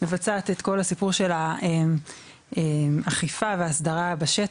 מבצעת את כל הסיפור של האכיפה וההסדרה בשטח,